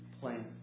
plan